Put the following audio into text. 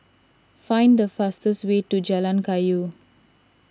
find the fastest way to Jalan Kayu